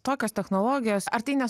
tokios technologijos ar tai ne